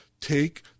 Take